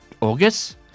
August